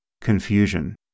confusion